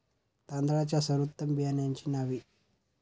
तांदळाच्या सर्वोत्तम बियाण्यांची नावे?